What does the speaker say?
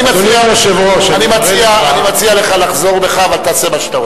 אני מציע לך לחזור בך, אבל תעשה מה שאתה רוצה.